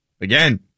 again